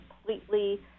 completely